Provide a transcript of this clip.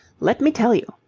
let me tell you,